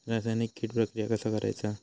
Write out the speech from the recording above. रासायनिक कीड प्रक्रिया कसा करायचा?